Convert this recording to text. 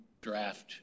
draft